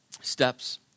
steps